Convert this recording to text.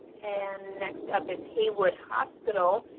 and next up, it's heywood hospital.